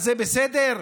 זה בסדר,